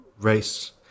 race